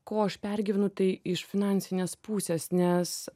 ko aš pergyvenu tai iš finansinės pusės nes